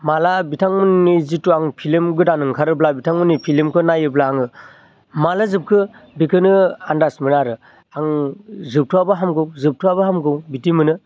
माला बिथांमोननि जिथु आं फिल्म गोदान ओंखारोब्ला बिथांमोननि फिल्मखौ नायोब्ला आङो माला जोबखो बेखौनो आन्दाज मोना आरो आं जोबथ'आबा हामगौ जोबथ'आबा हामगौ बिदि मोनो